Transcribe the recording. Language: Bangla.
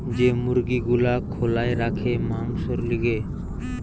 যে মুরগি গুলা খোলায় রাখে মাংসোর লিগে